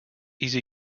easy